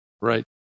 Right